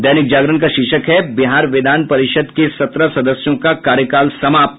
दैनिक जागरण का शीर्षक है बिहार विधान परिषद के सत्रह सदस्यों का कार्यकाल समाप्त